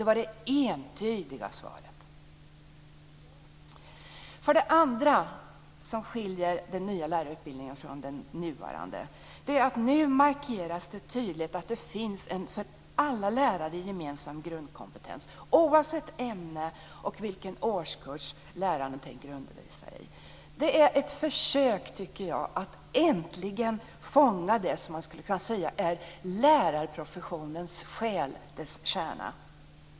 För det andra: Det som skiljer den nya lärarutbildningen från den nuvarande är att det nu tydligt markeras att det finns en för alla lärare gemensam grundkompetens oavsett vilket ämne och vilken årskurs tänker undervisa i. Jag tycker att det är ett försök att äntligen fånga det som man skulle kunna säga är lärarprofessionens själ, dess kärna.